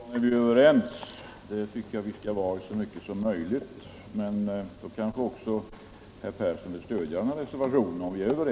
Herr talman! Det är alltid bra när vi är överens, herr Persson i Heden, och det tycker jag att vi skall vara så mycket som möjligt. Men om vi är överens, då kanske herr Persson vill stödja reservationen 4.